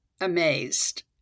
amazed